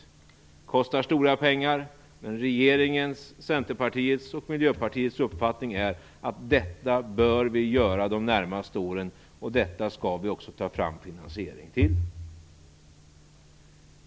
Det kostar stora pengar, men regeringens, Centerpartiets och Miljöpartiets uppfattning är att vi bör göra detta de närmaste åren och att vi också skall ta fram en finansiering till detta.